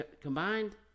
combined